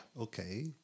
Okay